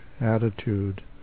attitude